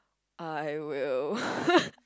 I will